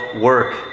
work